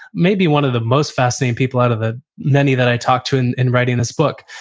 maybe one of the most fascinating people out of the many that i talked to in in writing this book,